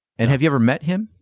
and have you ever met him?